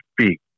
speak